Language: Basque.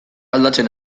aldatzen